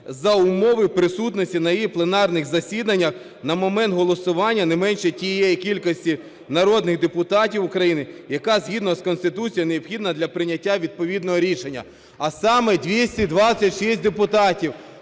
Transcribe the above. за умови присутності на її пленарних засіданнях на момент голосування не менше тієї кількості народних депутатів України, яка, згідно з Конституцією, необхідна для прийняття відповідного рішення, а саме 226 депутатів.